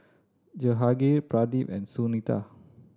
Jehangirr Pradip and Sunita